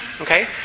okay